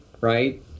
right